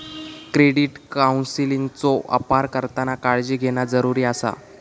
credit काउन्सेलिंगचो अपार करताना काळजी घेणा जरुरी आसा